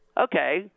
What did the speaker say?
okay